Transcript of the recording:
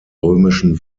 römischen